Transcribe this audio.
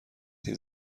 این